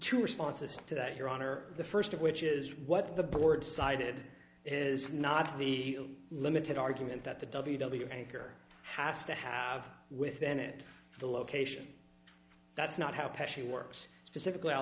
two responses to that your honor the first of which is what the board cited is not the limited argument that the w w anchor has to have within it the location that's not how pressure works specifically i'll